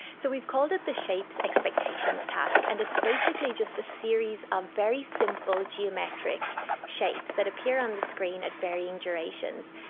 so we've called it's the shapes expectations task and it's basically just a series of very simple geometric shapes that appear on the screen at varying durations,